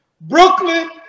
Brooklyn